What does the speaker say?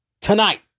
tonight